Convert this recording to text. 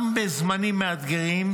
גם בזמנים מאתגרים,